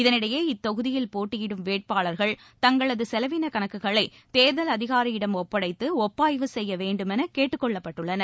இதனிடையே இத்தொகுதியில் போட்டியிடும் வேட்பாளர்கள் தங்களது செலவிளக் கணக்குகளை தேர்தல் அதிகாரியிடம் ஒப்படைத்து ஒப்பாய்வு செய்ய வேண்டுமென கேட்டுக் கொள்ளப்பட்டுள்ளனர்